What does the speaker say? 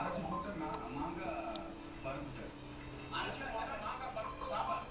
eh this zahad really damn sanjeev style forever holding the ball until the person come